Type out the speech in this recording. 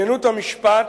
"עליונות המשפט,